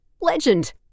Legend